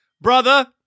brother